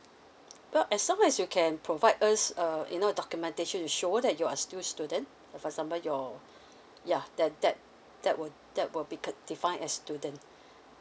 but as long as you can provide us um you know documentation to show that you are still student for example or ya that that that would that would be defined as student